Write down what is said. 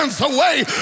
away